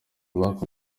bakunze